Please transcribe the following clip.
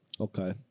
Okay